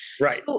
Right